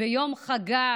ביום חגה